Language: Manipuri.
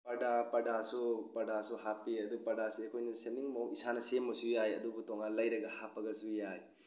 ꯄꯔꯗꯥꯔ ꯄꯔꯗꯥꯔꯁꯨ ꯍꯥꯞꯄꯤ ꯑꯗꯨ ꯄꯔꯗꯥꯔꯁꯤ ꯑꯩꯈꯣꯏꯅ ꯁꯦꯝꯅꯤꯡꯕ ꯃꯑꯣꯡ ꯏꯁꯥꯅ ꯁꯦꯝꯂꯁꯨ ꯌꯥꯏ ꯑꯗꯨꯒ ꯇꯣꯉꯥꯟꯅ ꯂꯩꯔꯒ ꯍꯥꯞꯄꯒꯁꯨ ꯌꯥꯏ